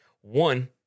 One